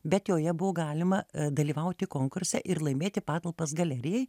bet joje buvo galima dalyvauti konkurse ir laimėti patalpas galerijai